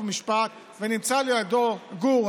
חוק ומשפט ונמצא לידו גור,